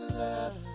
love